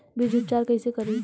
बीज उपचार कईसे करी?